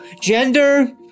gender